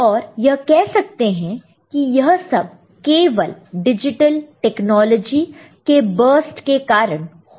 और यह कह सकते हैं कि यह सब केवल डिजिटल टेक्नोलॉजी के बर्स्ट के कारण हो रहा है